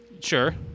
Sure